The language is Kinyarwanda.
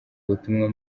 ubutumwa